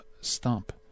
stump